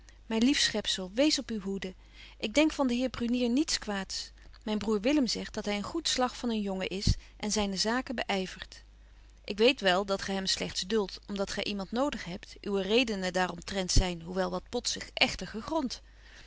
myn lief schepzel wees op uw hoede ik denk van den heer brunier niets kwaads myn broêr willem zegt dat hy een goed slag van een jongen is en zyne zaken beyvert ik weet wel dat gy hem slegts duldt om dat gy iemand nodig hebt uwe redenen daaromtrent zyn hoewel wat potzig echter gegront